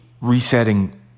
resetting